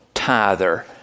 tither